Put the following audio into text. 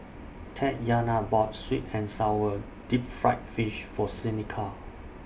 Tatyana bought Sweet and Sour Deep Fried Fish For Seneca